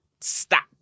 stop